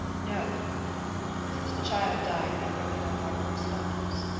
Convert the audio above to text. no since the child died we have broken off our correspondence.